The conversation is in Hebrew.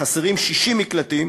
חסרים 60 מקלטים,